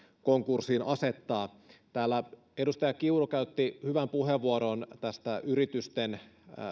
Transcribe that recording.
konkurssiin asettaa täällä edustaja kiuru käytti hyvän puheenvuoron tästä yritysten